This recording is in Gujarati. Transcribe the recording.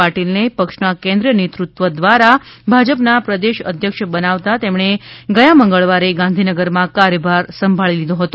પાટિલને પક્ષના કેન્દ્રીય નેતૃત્વ દ્વારા ભાજપના પ્રદેશ અધ્યક્ષ બનાવતા તેમણે ગયા મંગળવારે ગાંધીનગરમાં કાર્યભાર સાંભળી લીધો હતો